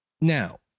Now